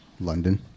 london